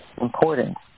important